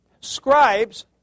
scribes